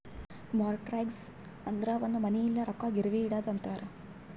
mortgage ಅಂದುರ್ ಒಂದ್ money ಇಲ್ಲ ರೊಕ್ಕಾ ಗಿರ್ವಿಗ್ ಇಡದು ಅಂತಾರ್